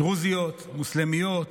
דרוזיות, מוסלמיות,